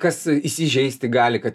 kas įsižeisti gali kad